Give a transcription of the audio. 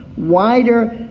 wider,